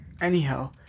Anyhow